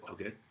Okay